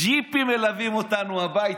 ג'יפים מלווים אותנו הביתה,